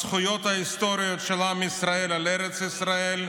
הזכויות ההיסטוריות של עם ישראל על ארץ ישראל,